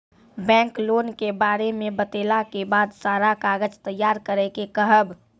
Bank loan के बारे मे बतेला के बाद सारा कागज तैयार करे के कहब?